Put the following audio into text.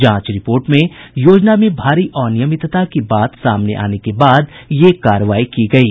जांच रिपोर्ट में योजना में भारी अनियमितता की बात सामने आने के बाद यह कार्रवाई की गयी